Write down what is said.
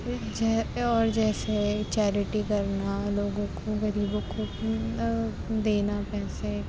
جئے اور جیسے چیریٹی کرنا لوگوں کو غریبوں کو دینا پیسے